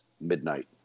midnight